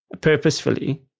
purposefully